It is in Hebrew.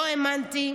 לא האמנתי,